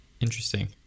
Interesting